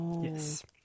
Yes